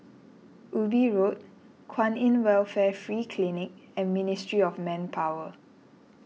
Ubi Road Kwan in Welfare Free Clinic and Ministry of Manpower